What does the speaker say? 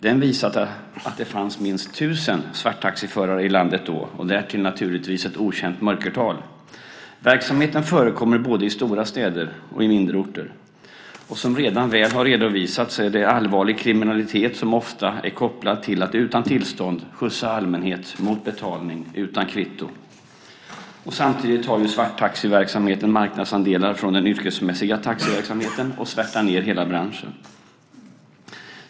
Den visade att det då fanns minst 1 000 svarttaxiförare i landet, och därtill kommer naturligtvis ett okänt mörkertal. Verksamheten förekommer både i stora städer och på mindre orter, och som redan väl redovisats är allvarlig kriminalitet ofta kopplad till att utan tillstånd och mot betalning utan kvitto skjutsa allmänhet. Samtidigt tar svarttaxiverksamheten marknadsandelar från den yrkesmässiga taxiverksamheten och svärtar ned hela branschen.